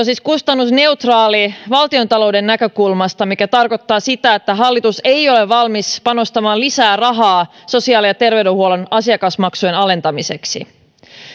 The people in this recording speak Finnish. siis kustannusneutraali valtiontalouden näkökulmasta mikä tarkoittaa sitä että hallitus ei ole valmis panostamaan lisää rahaa sosiaali ja terveydenhuollon asiakasmaksujen alentamiseksi